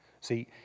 See